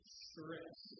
stress